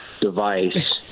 device